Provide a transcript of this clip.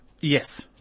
Yes